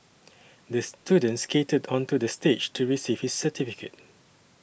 the student skated onto the stage to receive his certificate